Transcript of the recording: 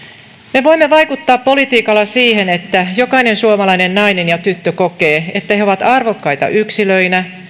me voimme vaikuttaa politiikalla siihen että jokainen suomalainen nainen ja tyttö kokee että he ovat arvokkaita yksilöinä